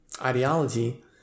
ideology